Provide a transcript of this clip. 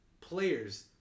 players